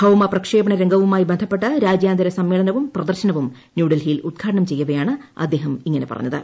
ഭൌമ പ്രക്ഷേപണ രംഗവുമായി ബീഡ്ഡപ്പെട്ട് രാജ്യാന്തര സമ്മേളനവും പ്രദർശനവും ന്യൂഡൽഹിയിൽ ഉദ്ഘാടനം ചെയ്യവെയാണ് അദ്ദേഹം ഇങ്ങനെ പറഞ്ഞിത്